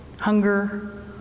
hunger